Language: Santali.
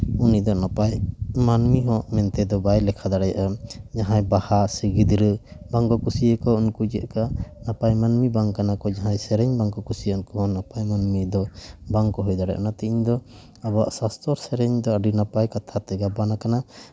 ᱩᱱᱤ ᱫᱚ ᱱᱟᱯᱟᱭ ᱢᱟᱹᱱᱢᱤ ᱦᱚᱸ ᱢᱮᱱᱛᱮ ᱫᱚ ᱵᱟᱭ ᱞᱮᱠᱷᱟ ᱫᱟᱲᱮᱭᱟᱜᱼᱟ ᱡᱟᱦᱟᱸᱭ ᱵᱟᱦᱟ ᱥᱮ ᱜᱤᱫᱽᱨᱟᱹ ᱵᱟᱝᱠᱚ ᱠᱩᱥᱤᱭ ᱠᱚᱣᱟ ᱩᱱᱠᱩ ᱪᱮᱫᱠᱟ ᱱᱟᱯᱟᱭ ᱢᱟᱹᱱᱢᱤ ᱵᱟᱝ ᱠᱟᱱᱟ ᱠᱚ ᱡᱟᱦᱟᱸᱭ ᱥᱮᱨᱮᱧ ᱵᱟᱝ ᱠᱚ ᱠᱩᱥᱤᱭᱟᱜᱼᱟ ᱩᱱᱠᱩ ᱦᱚᱸ ᱱᱟᱯᱟᱭ ᱢᱟᱹᱱᱢᱤ ᱫᱚ ᱵᱟᱝ ᱠᱚ ᱦᱩᱭ ᱫᱟᱲᱮᱭᱟᱜᱼᱟ ᱚᱱᱟᱛᱮ ᱤᱧ ᱫᱚ ᱟᱵᱚᱣᱟᱜ ᱥᱟᱥᱛᱚᱨ ᱥᱮᱨᱮᱧ ᱫᱚ ᱟᱹᱰᱤ ᱱᱟᱯᱟᱭ ᱠᱟᱛᱷᱟ ᱛᱮ ᱜᱟᱵᱟᱱ ᱠᱟᱱᱟ